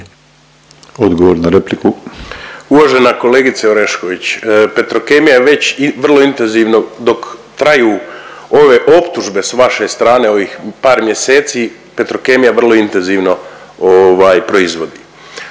odgovor na repliku,